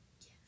yes